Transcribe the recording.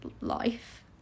life